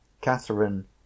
Catherine